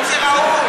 אם זה ראוי.